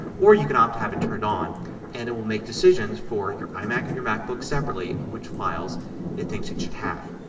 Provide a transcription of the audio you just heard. or you can opt to have it turned on and it will make decisions for your imac and your macbook separately of which files it thinks it should have.